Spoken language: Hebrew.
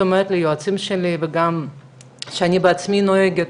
אני תמיד אומרת ליועצים שלי וגם כשאני בעצמי נוהגת,